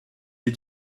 lès